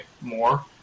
more